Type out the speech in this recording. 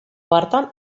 hartan